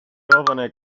giovane